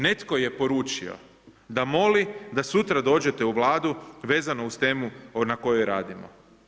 Netko je poručio da moli da sutra dođete u Vladu vezano uz temu na kojoj radimo.